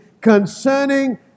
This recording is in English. concerning